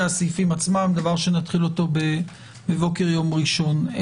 הסעיפים עצמם דבר שנתחיל אותו בבוקר יום ראשון.